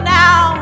now